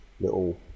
little